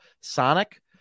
Sonic